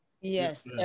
Yes